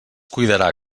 cuidarà